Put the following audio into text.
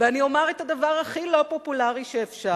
ואני אומר את הדבר הכי לא פופולרי שאפשר: